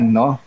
no